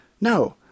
no